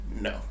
no